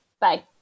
Bye